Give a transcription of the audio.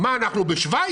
מה, אנחנו בשוויץ?